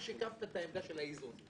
אתה שיקפת את העמדה של האיזון.